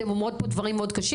אתן אומרות פה דברים קשים,